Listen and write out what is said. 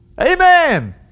Amen